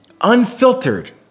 unfiltered